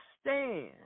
stand